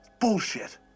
Bullshit